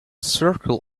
circle